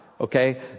Okay